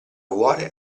vuole